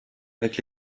avec